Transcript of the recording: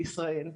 בישראל.